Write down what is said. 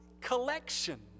collection